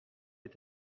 est